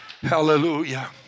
hallelujah